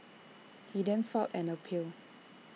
he then filed an appeal